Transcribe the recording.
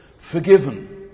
forgiven